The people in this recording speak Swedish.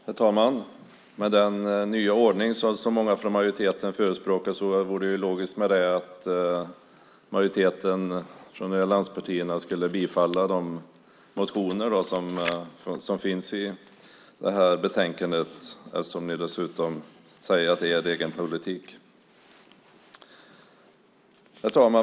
Herr talman! Med den nya ordning som många från majoriteten förespråkar vore det logiskt att allianspartierna skulle bifalla de motioner som finns i betänkandet, detta eftersom de dessutom säger att det är deras politik.